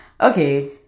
okay